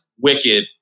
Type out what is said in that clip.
wicked